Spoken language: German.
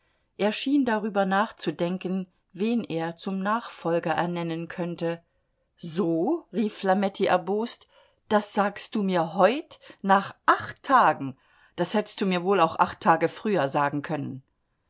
schien darüber nachzudenken wen er zum nachfolger ernennen könnte so rief flametti erbost das sagst du mir heut nach acht tagen das hätt'st du mir wohl auch acht tage früher sagen können